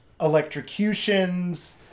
electrocutions